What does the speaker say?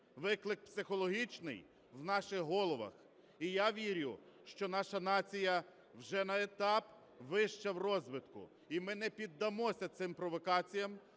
виклик психологічний в наших головах. І я вірю, що наша нація вже на етап вища в розвитку. І ми не піддамося цим провокаціям,